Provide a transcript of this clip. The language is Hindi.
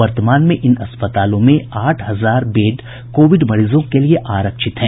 वर्तमान में इन अस्पतालों में आठ हजार बेड कोविड मरीजों के लिए आरक्षित हैं